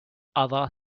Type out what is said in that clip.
other